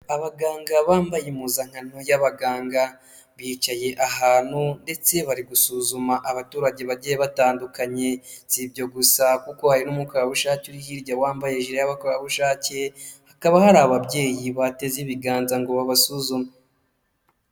Abaganga bambaye impuzankano y'abaganga, bicaye ahantu ndetse bari gusuzuma abaturage bagiye batandukanye, si ibyo gusa kuko hari n'umukorerabushake uri hirya wambaye ijiri y'abakorerabushake, hakaba hari ababyeyi bateze ibiganza ngo babasuzume.